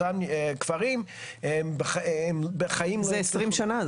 אותם כפרים --- זה עשרים שנה,